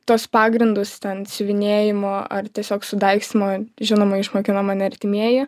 tuos pagrindus ten siuvinėjimo ar tiesiog sudaigstymo žinoma išmokino mane artimieji